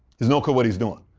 has no clue what he's doing.